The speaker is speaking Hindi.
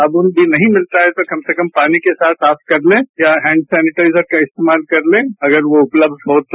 साबन भी नहीं मिलता है तो कम से कम पानी के साथ साफ कर लें या हैंड सेनिटाइजर का इस्तेमाल कर लें अगर वो उपलब्ध हो तो